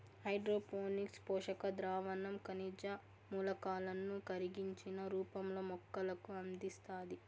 hydroponics పోషక ద్రావణం ఖనిజ మూలకాలను కరిగించిన రూపంలో మొక్కలకు అందిస్తాది